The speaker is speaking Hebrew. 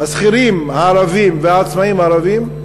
השכירים הערבים והעצמאים הערבים,